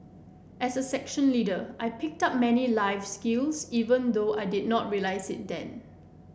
as a section leader I picked up many life skills even though I did not realise it then